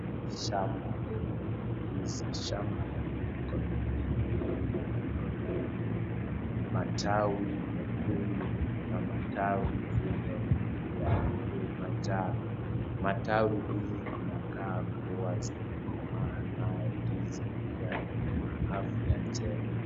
Shamba hili la ndizi, shamba hili liko na ndizi lililo na matawi mekundu na matawi zile za manjano, matawi hizi zinakaa kuwa zimekomaa nayo ndizi pia iko na afya njema.